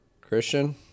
christian